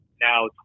now